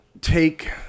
take